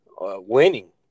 Winning